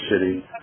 City